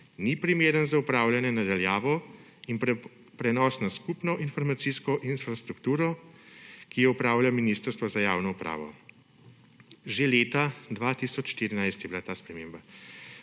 ni primeren za upravljanje na daljavo in prenos na skupno informacijsko infrastrukturo, ki jo upravlja Ministrstvo za javno upravo. Že leta 2014 je bila ta sprememba.